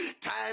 time